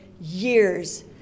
years